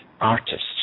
artists